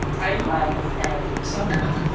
i know. i understand. suddenly,